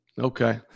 Okay